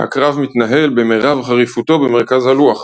והקרב מתנהל במרב חריפותו במרכז הלוח,